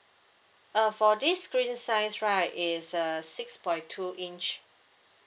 uh for this screen size right is uh six point two inch